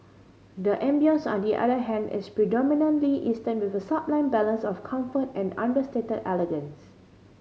the ambience on the other hand is predominantly Eastern with a sublime balance of comfort and understated elegance